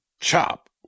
chop